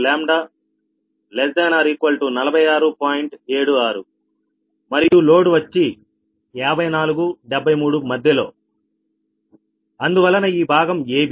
76 మరియు లోడ్ వచ్చి 5473 మధ్యలో అందువలన ఈ భాగం AB